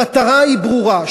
המטרה ברורה,